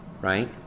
right